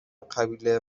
قبیله